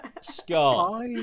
Scott